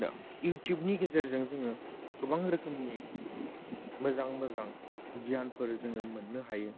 दा इउटुबनि गेजेरजों जोङो गोबां रोखोमनि मोजां मोजां गियानफोर जोङो मोन्नो हायो